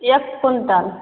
एक क्विंटल